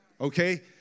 Okay